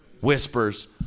whispers